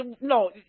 no